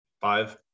Five